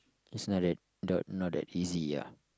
it's not that the not that easy ah